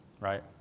right